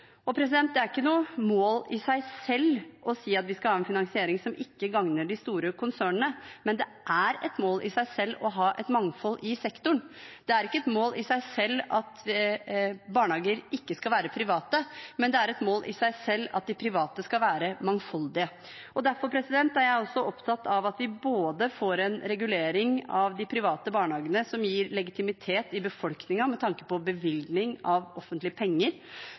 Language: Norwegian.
Det er ikke noe mål i seg selv å si at vi skal ha en finansiering som ikke gagner de store konsernene, men det er et mål i seg selv å ha et mangfold i sektoren. Det er ikke et mål i seg selv at barnehager ikke skal være private, men det er et mål i seg selv at de private skal være mangfoldige. Derfor er jeg også opptatt av at vi får en regulering av de private barnehagene som gir legitimitet i befolkningen med tanke på bevilgning av offentlige penger,